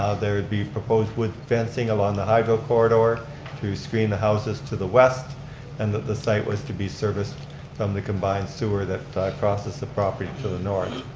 ah there would be proposed wood fencing along the hydro-corridor to screen the houses to the west and that the site was to be serviced from um the combined sewer that crosses the property to the north.